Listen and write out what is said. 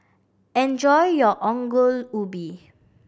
enjoy your Ongol Ubi